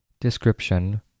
Description